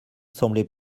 semblait